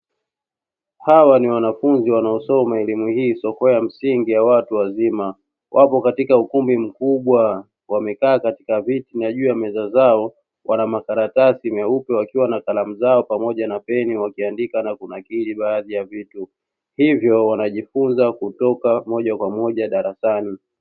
Hawa ni wanafunzi wanaosoma elimu hii isiyokuwa ya msingi ya watu wazima wapo katika ukumbi mkubwa wamekaa katika viti na juu ya meza zao wana makaratasi meupe, wakiwa na kalamu zao pamoja na peni wakiandika na kunakili baadhi ya vitu, hivyo wanajifunza kutoka moja kwa moja darasani.